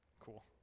cool